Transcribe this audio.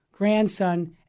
grandson